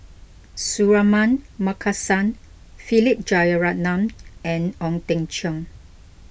Suratman Markasan Philip Jeyaretnam and Ong Teng Cheong